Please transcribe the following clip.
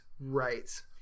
Right